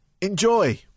enjoy